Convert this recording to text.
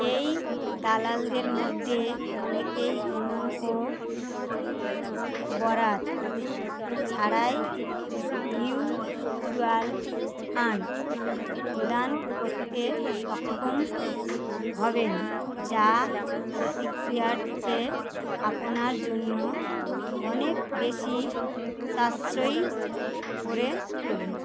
এই দালালদের মধ্যে অনেকেই কোনো ও বরাত ছাড়াই মিউচ্যুয়াল ফান্ড প্রদান করতে সক্ষম হবেন যা প্রতিক্রিয়াটিকে আপনার জন্য অনেক বেশি সাশ্রয়ী করে তোলে